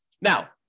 now